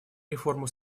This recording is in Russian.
реформу